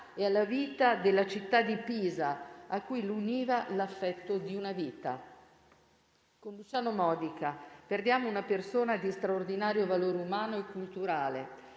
e alla vita della città di Pisa, a cui lo univa l'affetto di una vita. Con Luciano Modica perdiamo una persona di straordinario valore umano e culturale,